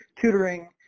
tutoring